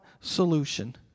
solution